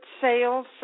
sales